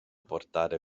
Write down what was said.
portare